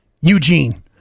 Eugene